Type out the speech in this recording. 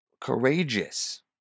courageous